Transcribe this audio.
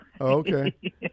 Okay